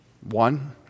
One